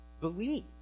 believe